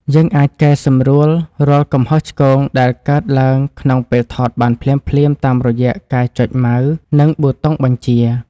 យើងអាចកែសម្រួលរាល់កំហុសឆ្គងដែលកើតឡើងក្នុងពេលថតបានភ្លាមៗតាមរយៈការចុចម៉ៅស៍ និង ប៊ូតុងបញ្ជា។